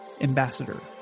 ambassador